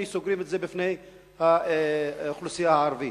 סוגרים את זה בפני האוכלוסייה הערבית.